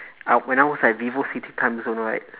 I when I was at vivocity timezone right